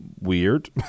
weird